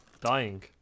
Dying